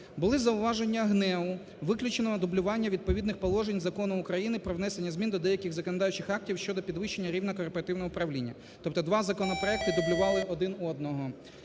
Були зауваження ГНЕУ. виключено дублювання відповідних положень Закону України "Про внесення змін до деяких законодавчих актів щодо підвищення рівня корпоративного управління". Тобто два законопроекти дублювали один одного.